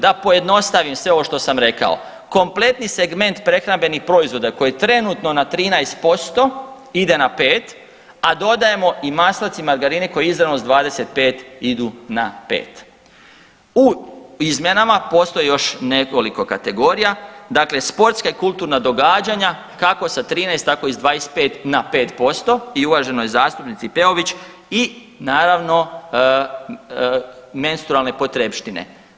Da pojednostavim sve ovo što sam rekao, kompletni segment prehrambenih proizvoda koje trenutno na 13% ide na 5, a dodajemo i maslac i margarine koji izravno s 25 idu na 5. U izmjenama postoji još nekoliko kategorija, dakle sportska i kulturna događanja kako sa 13 tako i s 25 na 5% i uvaženoj zastupnici Peović i naravno menstrualne potrepštine.